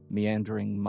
Meandering